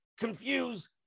confuse